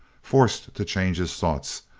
forced to change his thoughts.